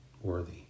worthy